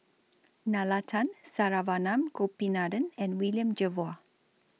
Nalla Tan Saravanan Gopinathan and William Jervois